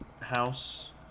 house